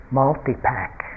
multi-pack